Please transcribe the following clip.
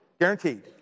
Guaranteed